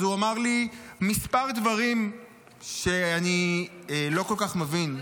הוא אמר לי כמה דברים שאני לא כל כך מבין.